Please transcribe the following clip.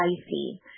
spicy